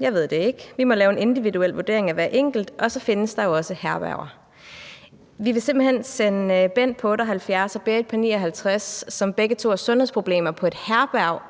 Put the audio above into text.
»Jeg ved det ikke. Vi må lave en individuel vurdering af hver enkelt. Og så findes der jo også herberger.« Vi vil simpelt hen sende Bent på 78 år og Berit på 59 år, som begge to har sundhedsproblemer, på et herberg